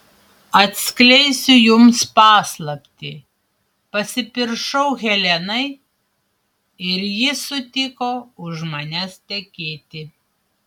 atskleisiu jums paslaptį pasipiršau helenai ir ji sutiko už manęs tekėti